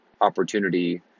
opportunity